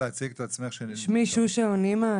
שמי שושה אונימה,